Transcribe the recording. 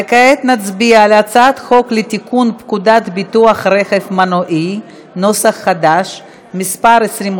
כעת נצביע על הצעת חוק לתיקון פקודת ביטוח רכב מנועי (מס' 22),